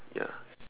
ya